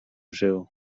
żył